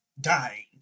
dying